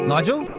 Nigel